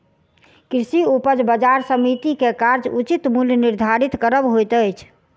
कृषि उपज बजार समिति के कार्य उचित मूल्य निर्धारित करब होइत अछि